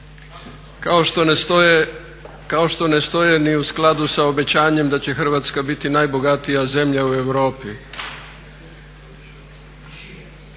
kao što ne stoje ni u skladu sa obećanjem da će Hrvatska biti najbogatija zemlja u Europi.